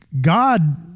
God